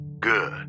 good